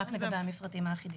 רק לגבי המפרטים האחידים.